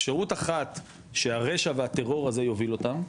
אפשרות אחת שהרשע והטרור הזה יוביל אותם,